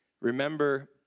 Remember